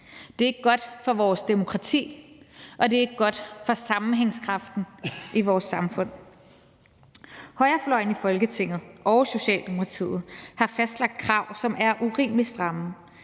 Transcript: Det er ikke godt for vores demokrati, og det er ikke godt for sammenhængskraften i vores samfund. Højrefløjen i Folketinget og Socialdemokratiet har fastlagt krav, som er urimelig stramme.